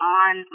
on